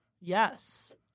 Yes